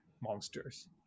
monsters